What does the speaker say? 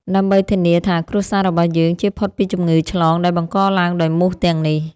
ដើម្បីធានាថាគ្រួសាររបស់យើងចៀសផុតពីជំងឺឆ្លងដែលបង្កឡើងដោយមូសទាំងនេះ។